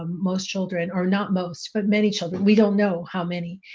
um most children, or not most but many children, we don't know how many,